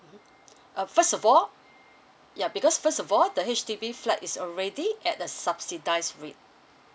mmhmm uh first of all ya because first of all the H_D_B flat is already at the subsidised rate